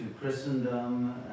Christendom